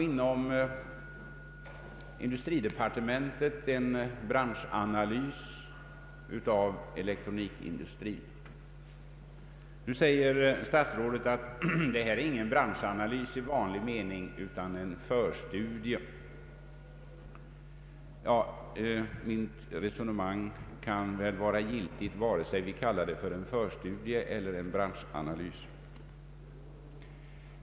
Inom industridepartementet har man gjort en branschanalys av elektronikindustrin. Statsrådet säger nu att detta inte är någon branschanalys i vanlig mening utan en förstudie. Mitt resonemang kan väl vara giltigt vare sig vi kallar det för en förstudie eller en branschanalys.